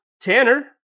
Tanner